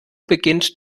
beginnt